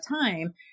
time